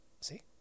See